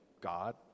God